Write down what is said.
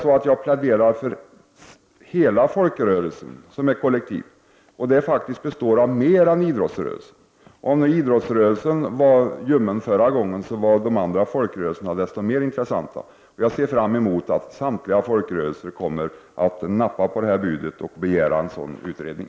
Men jag pläderar för hela folkrörelsen som ett kollektiv. Och folkrörelsen består av mer än idrottsrörelsen. Om idrottsrörelsen var ljummen förra gången, så var de andra folkrörelserna desto mer intressanta. Jag ser därför fram emot att samtliga folkrörelser kommer att nappa på detta bud och begära en sådan utredning.